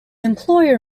employer